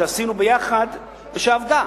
שעשינו ביחד ועבדה,